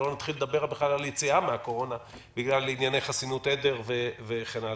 לא נחיל לדבר על יציאה מהקורונה בגלל ענייני חסינות עדר וכן הלאה.